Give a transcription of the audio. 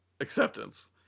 acceptance